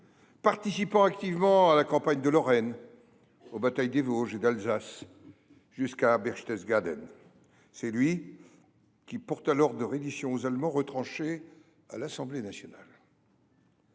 participant activement à la campagne de Lorraine, aux batailles des Vosges et d’Alsace, jusqu’à Berchtesgaden. C’est lui qui porta l’ordre de reddition aux Allemands retranchés à l’Assemblée nationale.